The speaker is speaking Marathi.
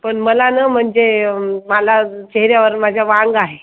पण मला न म्हणजे मला चेहऱ्यावर माझ्या वांग आहे